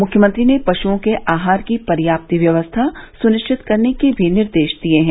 मुख्यमंत्री ने पशुओं के आहार की पर्याप्त व्यवस्था सुनिश्चित करने के भी निर्देश दिये हैं